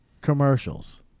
Commercials